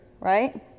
right